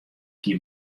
gie